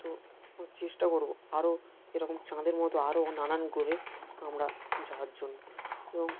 তো চেষ্টা করব আরও এরকম চাঁদের মতো আরও নানান গ্রহে আমরা যাওয়ার জন্য এবং